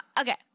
Okay